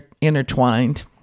intertwined